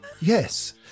yes